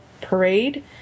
parade